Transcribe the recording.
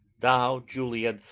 thou, julia,